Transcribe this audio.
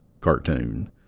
cartoon